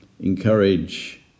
encourage